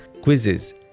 quizzes